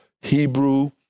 Hebrew